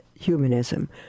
humanism